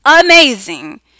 amazing